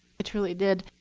i truly did,